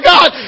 God